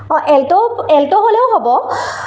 অঁ এলট' এলট' হ'লেও হ'ব